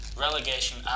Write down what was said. relegation